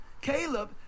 Caleb